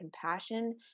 compassion